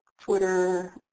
Twitter